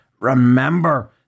Remember